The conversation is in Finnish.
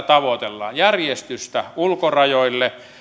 tavoitellaan järjestystä ulkorajoille